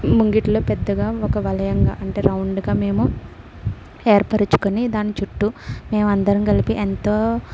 ముంగిట్లో పెద్దగా ఒక వలయంగా అంటే రౌండ్గా మేము ఏర్పరుచుకుని దాని చుట్టూ మేము అందరం కలిసి ఎంతో